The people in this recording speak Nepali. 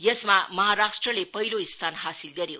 यसमा महाराष्ट्रले पहिलो स्थान हासिल गर्यो